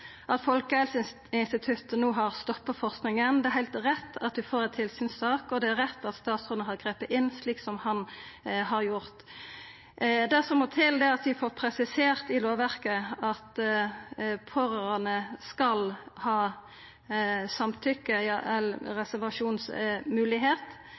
at Folkehelseinstituttet no har stoppa forskinga, det er heilt rett at vi får ei tilsynssak, og det er rett at statsråden har gripe inn slik som han har gjort. Det som må til, er at vi får presisert i lovverket at pårørande skal ha samtykke- eller